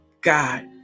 God